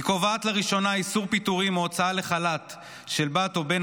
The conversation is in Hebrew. היא קובעת לראשונה איסור פיטורים או הוצאה לחל"ת של בת או בן